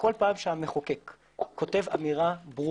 כפי שהובן מדבריי,